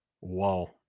Wow